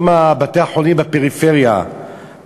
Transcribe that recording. כל בתי-החולים בפריפריה,